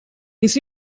this